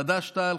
חד"ש-תע"ל,